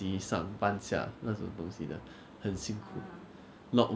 you just need to I guess the difference is singapore is you 可以赚到